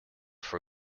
for